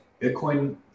Bitcoin